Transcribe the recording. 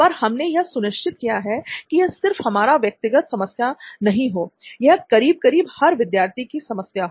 पर हमने यह सुनिश्चित किया है कि यह सिर्फ हमारी व्यक्तिगत समस्या नहीं हो यह करीब करीब हर विद्यार्थी की समस्या हो